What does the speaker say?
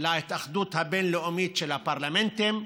גם להתאחדות הבין-לאומית של הפרלמנטים,